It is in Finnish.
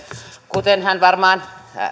kuten hän varmaan